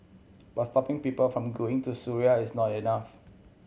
but stopping people from going to Syria is not enough